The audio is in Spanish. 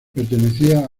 pertenecía